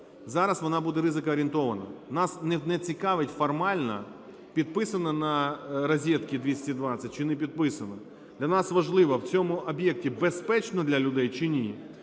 Зараз вона буде ризикоорієнтована. Нас не цікавить формально, підписано на розетці "220" чи не підписано. Для нас важливо в цьому об'єкті: безпечно для людей чи ні.